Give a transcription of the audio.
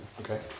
Okay